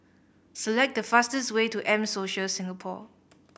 select the fastest way to M Social Singapore